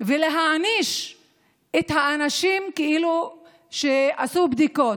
ולהעניש את האנשים כאילו עשו בדיקות.